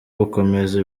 gukomeza